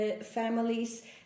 families